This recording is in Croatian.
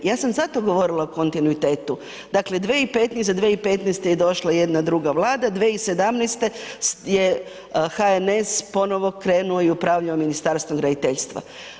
Ja sam zato govorila o kontinuitetu, dakle 2015. iza 2015. je došla jedna druga vlada, 2017. je HNS ponovo krenuo i upravljao Ministarstvom graditeljstva.